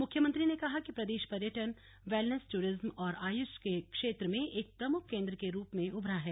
मुख्यमंत्री ने कहा कि प्रदेश पर्यटन वेलनेस टूरिज्म और आयुष के क्षेत्र में एक प्रमुख केंद्र के रूप में उभरा है